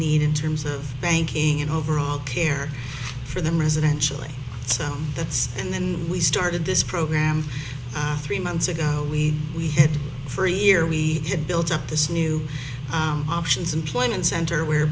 need in terms of banking and overall care for them residentially that's and then we started this program three months ago we we had for a year we had built up this new options employment